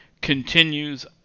continues